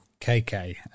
KK